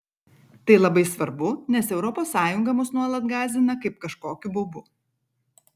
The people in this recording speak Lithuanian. tai labai svarbu nes europos sąjunga mus nuolat gąsdina kaip kažkokiu baubu